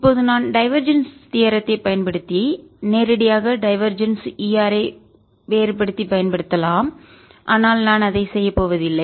இப்போது நான் டைவர்ஜன்ஸ் தீயரத்தை பயன்படுத்தி நேரடியாக டைவர்ஜன்ஸ் Er ஐ வேறுபடுத்தி பயன்படுத்தலாம்ஆனால் நான் அதை செய்யப்போவதில்லை